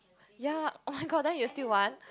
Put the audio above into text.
ya oh-my-god then you still want